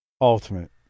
Ultimate